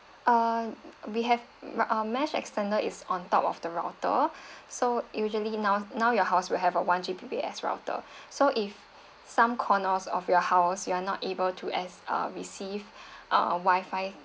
uh we have mm uh mesh extender is on top of the router so usually now now your house will have a one G B P S router so if some corners of your house you are not able to as~ uh receive uh wifi